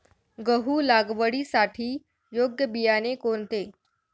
गहू लागवडीसाठी योग्य बियाणे कोणते?